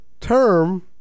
term